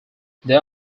there